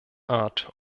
art